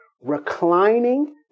reclining